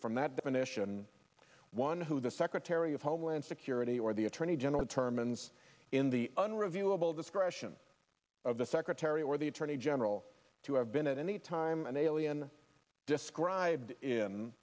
from that definition one who the secretary of homeland security or the attorney general term ns in the unreviewable discretion of the secretary or the attorney general to have been at any time an alien described in